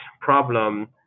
problem